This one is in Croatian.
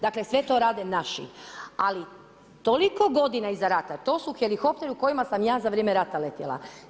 Dakle, sve to rade naši, ali toliko godina iza rata to su helikopteri u kojima sam ja za vrijeme rata letjela.